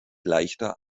leichter